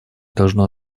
должно